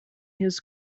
his